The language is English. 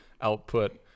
output